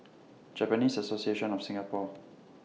Japanese Association of Singapore